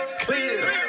clear